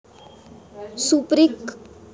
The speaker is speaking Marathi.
सुपरिक खयचा हवामान होया?